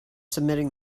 submitting